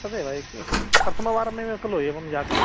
तदेव एक् एक प्रथमवारमेव खलु एवं जातम्